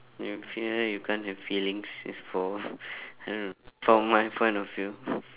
you funeral you can't have feelings it's for I don't know from my point of view